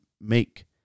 make